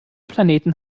planeten